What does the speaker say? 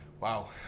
Wow